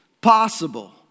possible